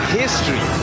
history